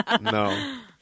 no